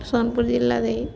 ସୋନପୁର ଜିଲ୍ଲା ଦେଇ